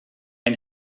ein